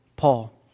Paul